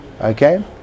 Okay